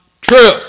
true